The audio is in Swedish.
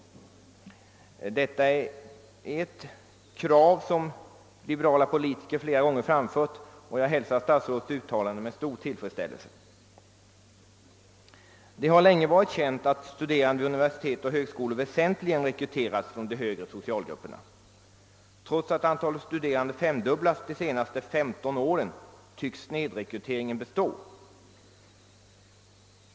Detta är ett krav som liberala politiker flera gånger framfört, och jag hälsar statsrådets uttalande med stor tillfredsställelse. Det har länge varit känt att studerande vid universitet och högskolor väsentligen rekryteras från de högre socialgrupperna. Trots att antalet studerande femdubblats de senaste 15 åren, tycks snedrekryteringen bestå.